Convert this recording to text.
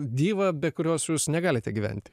dievą be kurios jūs negalite gyventi